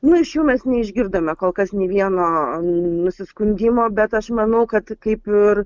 nu iš jų mes neišgirdome kol kas nė vieno nusiskundimo bet aš manau kad kaip ir